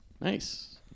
Nice